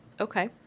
Okay